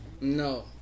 no